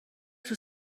توی